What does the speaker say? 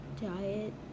diet